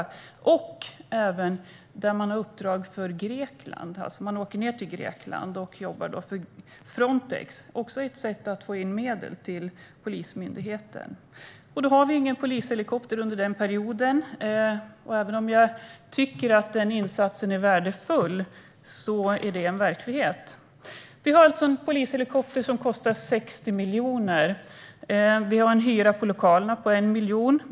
Sedan finns även uppdrag i Grekland. Man åker ned till Grekland och jobbar för Frontex. Det är också ett sätt att få in medel till Polismyndigheten. Då finns ingen polishelikopter under den perioden. Även om jag tycker att den insatsen är värdefull är det en verklighet. Det finns alltså en polishelikopter som kostar 60 miljoner. Hyran för lokalerna är 1 miljon.